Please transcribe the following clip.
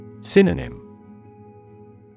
Synonym